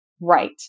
Right